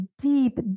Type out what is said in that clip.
deep